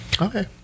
Okay